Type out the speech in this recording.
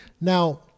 Now